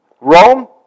Rome